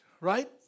right